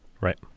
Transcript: Right